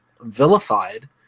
vilified